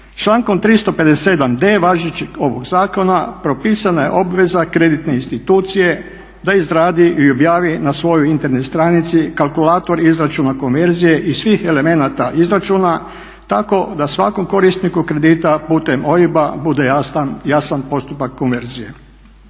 Člankom 357.d važećeg ovog zakona propisana je obveza kreditne institucije da izradi i objavi na svojoj internet stranici kalkulator izračuna konverzije i svih elemenata izračuna tako da svakom korisniku kredita putem OIB-a bude jasan postupak konverzije.